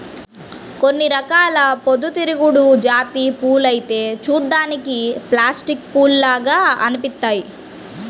కొన్ని రకాల పొద్దుతిరుగుడు జాతి పూలైతే చూడ్డానికి ప్లాస్టిక్ పూల్లాగా అనిపిత్తయ్యి